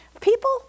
People